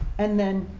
and then